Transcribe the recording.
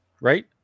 right